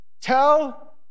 tell